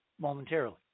momentarily